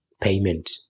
payment